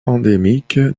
endémique